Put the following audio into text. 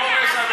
היה עליך עומס,